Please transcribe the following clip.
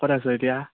ক'ত আছ এতিয়া